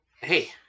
hey